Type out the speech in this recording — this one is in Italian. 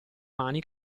mani